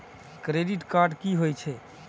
Credit card की होई छै?